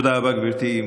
תודה רבה, גברתי.